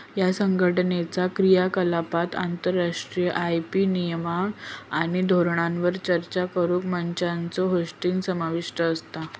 ह्या संघटनाचा क्रियाकलापांत आंतरराष्ट्रीय आय.पी नियम आणि धोरणांवर चर्चा करुक मंचांचो होस्टिंग समाविष्ट असता